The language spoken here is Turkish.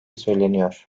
söyleniyor